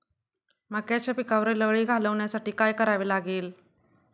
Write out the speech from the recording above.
मक्याच्या पिकावरील अळी घालवण्यासाठी काय करावे लागेल?